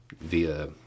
via